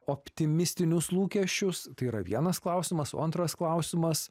optimistinius lūkesčius tai yra vienas klausimas o antras klausimas